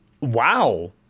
Wow